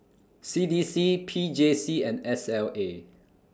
C D C P J C and S L A